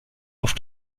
auf